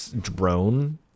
drone